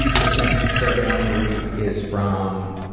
this next survey i'm going to read is from